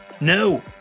No